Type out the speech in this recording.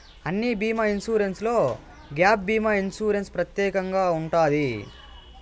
అన్ని బీమా ఇన్సూరెన్స్లో గ్యాప్ భీమా ఇన్సూరెన్స్ ప్రత్యేకంగా ఉంటది